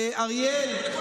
אריאל,